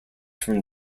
from